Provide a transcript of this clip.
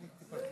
עד שלוש דקות,